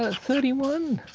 ah thirty one,